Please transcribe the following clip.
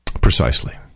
precisely